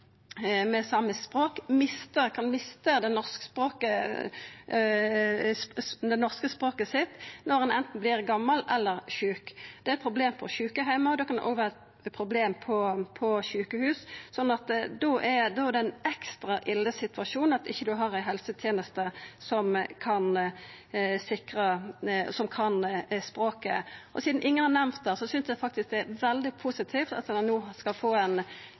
med samisk språk kan mista det norske språket sitt når ein anten vert gamal eller sjuk. Det er eit problem på sjukeheimar, og det kan òg vera eit problem på sjukehus. Da er det ein ekstra ille situasjon at ein ikkje har ei helseteneste som kan språket. Sidan ingen har nemnt det, vil eg seia at det er veldig positivt at ein no skal få ein